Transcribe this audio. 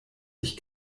ich